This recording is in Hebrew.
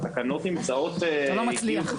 התקנות נמצאות